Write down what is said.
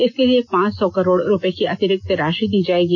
इसके लिए पांच सौ करोड रुपये की अतिरिक्त राशि दी जाएगी